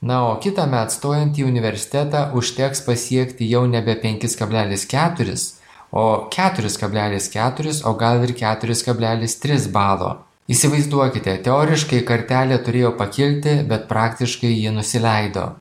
na o kitąmet stojant į universitetą užteks pasiekti jau nebe penkis kablelis keturis o keturis kablelis keturis o gal ir keturis kablelis tris balo įsivaizduokite teoriškai kartelė turėjo pakilti bet praktiškai ji nusileido